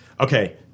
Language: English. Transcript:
Okay